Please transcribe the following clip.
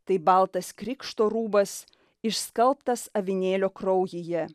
tai baltas krikšto rūbas išskalbtas avinėlio kraujyje